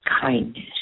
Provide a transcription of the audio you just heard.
kindness